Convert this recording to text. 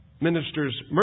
ministers